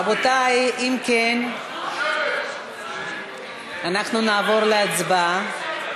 רבותי, אם כן, אנחנו נעבור להצבעה.